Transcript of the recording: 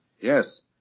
Yes